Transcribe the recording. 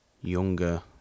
younger